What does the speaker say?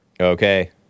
Okay